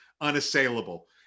unassailable